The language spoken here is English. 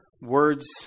words